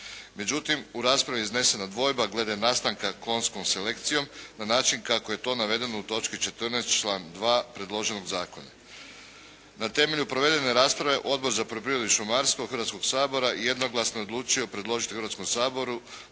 Međutim, u raspravi iznesena dvojba glede nastanka …/Govornik se ne razumije./… selekcijom na način kako je to navedeno u točki 14. član 2. predloženog Zakona. Na temelju provedene rasprave Odbor za poljoprivredu i šumarstvo Hrvatskoga sabora jednoglasno je odlučio predložiti Hrvatskom saboru